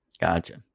Gotcha